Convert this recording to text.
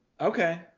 Okay